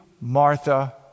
Martha